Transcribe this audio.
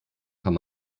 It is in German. kann